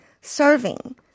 serving